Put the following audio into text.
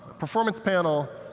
performance panel,